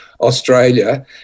Australia